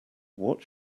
what